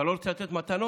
אתה לא רוצה לתת מתנות?